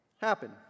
happen